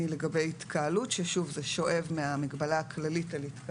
על מרחקים וכו' וכו' וכו' הן אותן ההנחיות שחלות עלינו אחד לאחד.